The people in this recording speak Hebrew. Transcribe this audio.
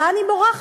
לאן היא בורחת,